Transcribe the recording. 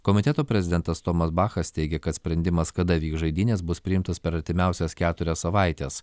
komiteto prezidentas tomas bachas teigė kad sprendimas kada vyks žaidynės bus priimtas per artimiausias keturias savaites